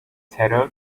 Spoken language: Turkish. terör